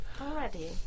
Already